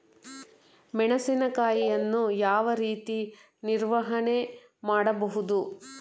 ಮೆಣಸಿನಕಾಯಿಯನ್ನು ಯಾವ ರೀತಿ ನಿರ್ವಹಣೆ ಮಾಡಬಹುದು?